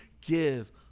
give